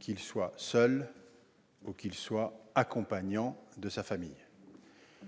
qu'il soit seul ou accompagnant de sa famille ?